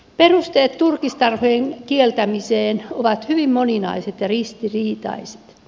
perusteet turkistarhojen kieltämiseen ovat hyvin moninaiset ja ristiriitaiset